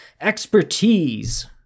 expertise